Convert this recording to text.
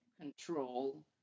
control